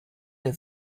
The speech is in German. der